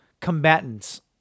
combatants